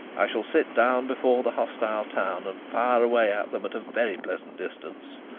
i shall sit down before the hostile town, and fire away at them at a very pleasant distance.